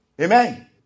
Amen